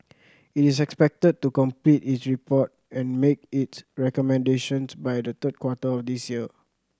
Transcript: it is expected to complete its report and make its recommendations by the third quarter of this year